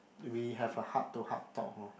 we have a heart to heart talk lor